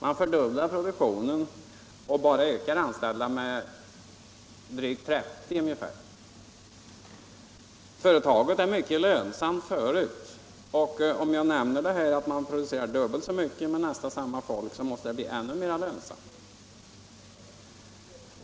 Men trots att produktionen nu fördubblas ökar man antalet anställda med bara ca 30 personer. Företaget är redan förut mycket lönsamt. Med en fördubbling av produktionen med nästan samma antal anställda måste företaget bli ännu mer lönsamt.